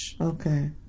Okay